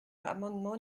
amendement